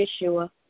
Yeshua